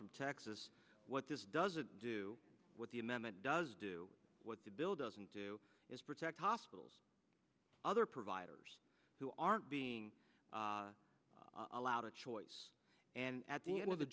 from texas what does it do what the amendment does do what the bill doesn't do is protect hospitals other providers who aren't being allowed a choice and at the end of the